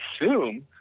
assume